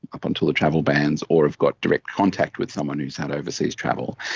up until the travel bans, or have got direct contact with someone who has had overseas travel.